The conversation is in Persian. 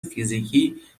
فیزیکی